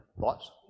thoughts